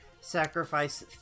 sacrifice